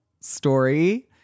story